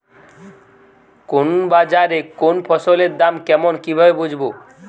কোন বাজারে কোন ফসলের দাম কেমন কি ভাবে বুঝব?